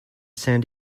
san